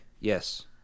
yes